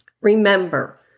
Remember